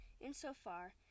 insofar